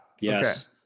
Yes